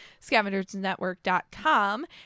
scavengersnetwork.com